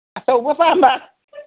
ꯑꯆꯧꯕ ꯄꯥꯝꯕ